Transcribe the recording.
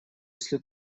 если